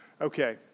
Okay